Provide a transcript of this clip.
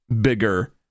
bigger